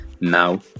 Now